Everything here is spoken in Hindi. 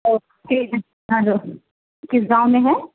ओके किस गाँव में है